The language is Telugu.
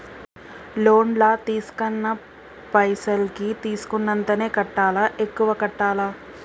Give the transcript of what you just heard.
లోన్ లా తీస్కున్న పైసల్ కి తీస్కున్నంతనే కట్టాలా? ఎక్కువ కట్టాలా?